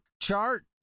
chart